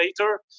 later